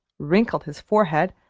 wrinkled his forehead,